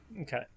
Okay